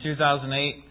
2008